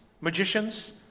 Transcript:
magicians